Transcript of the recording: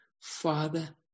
Father